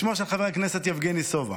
בשמו של חבר הכנסת יבגני סובה,